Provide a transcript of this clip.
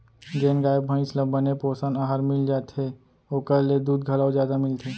जेन गाय भईंस ल बने पोषन अहार मिल जाथे ओकर ले दूद घलौ जादा मिलथे